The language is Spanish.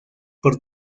por